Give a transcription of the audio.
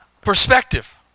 perspective